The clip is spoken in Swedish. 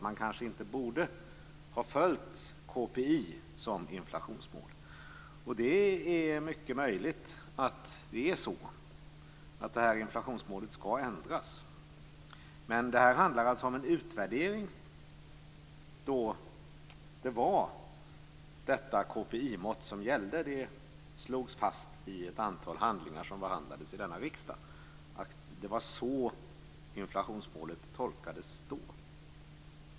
Man kanske inte borde ha följt KPI som inflationsmål. Det är mycket möjligt att inflationsmålet skall ändras. Men detta handlar om en utvärdering av en period då detta KPI mått gällde. Det slogs fast i ett antal handlingar som behandlades i riksdagen. Det var så inflationsmålet tolkades då.